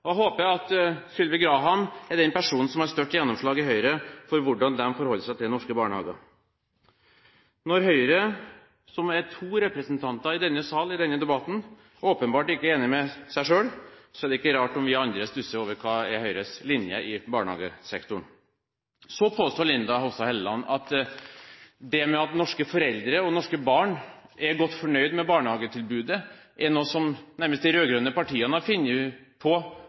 håper jeg at Sylvi Graham er den personen som har størst gjennomslag i Høyre for hvordan de forholder seg til norske barnehager. Når Høyre som har to representanter i denne sal i denne debatten, åpenbart ikke er enig med seg selv, er det ikke rart om vi andre stusser over hva som er Høyres linje når det gjelder barnehagesektoren. Så påstår Linda Hofstad Helleland at det at norske foreldre og norske barn er godt fornøyd med barnehagetilbudet, er noe de rød-grønne partiene nærmest har funnet på